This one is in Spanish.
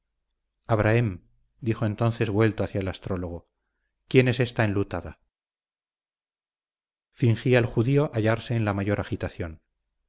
abrahem dijo entonces vuelto hacia el astrólogo quién es esta enlutada fingía el judío hallarse en la mayor agitación